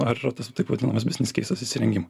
ar yra tas taip vadinamas biznis keisas įsirengimo